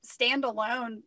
standalone